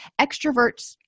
Extroverts